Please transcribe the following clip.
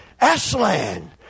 Aslan